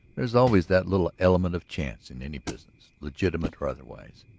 there's always that little element of chance in any business, legitimate or otherwise.